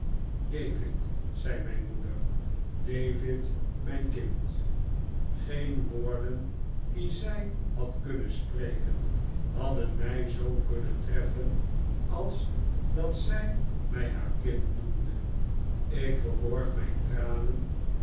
david zei mijn moeder david mijn kind geen woorden die zij had kunnen spreken hadden mij zoo kunnen treffen als dat zij mij haar kind noemde ik verborg mijn tranen